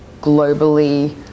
globally